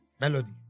Melody